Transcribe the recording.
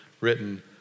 written